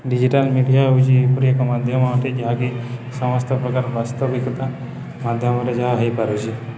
digital media ହେଉଛି ଏପରି ଏକ ମାଧ୍ୟମ ଅଟେ ଯାହାକି ସମସ୍ତ ପ୍ରକାର ବାସ୍ତବିକତା ମାଧ୍ୟମରେ ଯାହା ହେଇପାରୁଛିି